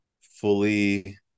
fully